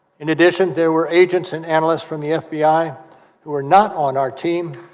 in addition there were agents and analyst from the fbi were not on our team